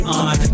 on